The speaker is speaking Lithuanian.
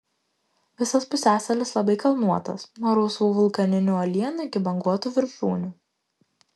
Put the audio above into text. visas pusiasalis labai kalnuotas nuo rausvų vulkaninių uolienų iki banguotų viršūnių